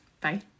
Bye